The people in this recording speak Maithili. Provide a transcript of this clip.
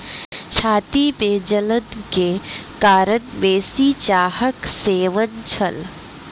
छाती में जलन के कारण बेसी चाहक सेवन छल